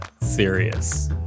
serious